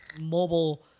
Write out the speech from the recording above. mobile